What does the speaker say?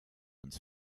uns